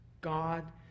God